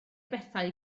bethau